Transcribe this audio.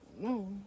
no